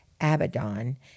abaddon